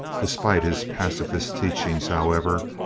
despite his pacifist teaching, however,